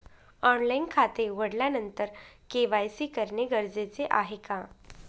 Online खाते उघडल्यानंतर KYC करणे गरजेचे आहे का?